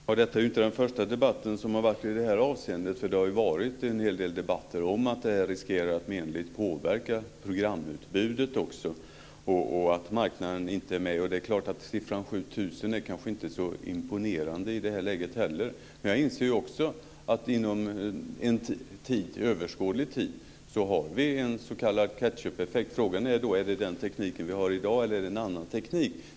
Herr talman! Detta är inte den första debatten som har varit i det här avseendet. Det har varit en hel del debatter om att det här riskerar att menligt påverka programutbudet och att marknaden inte är med. Det är klart att siffran 7 000 kanske inte är så imponerande i det här läget, men jag inser också att vi inom en överskådlig tid har en s.k. ketchupeffekt. Frågan är om det är den teknik vi har i dag eller om det är en annan teknik.